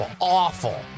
Awful